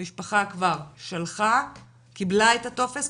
המשפחה כבר קיבלה את הטופס,